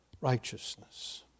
righteousness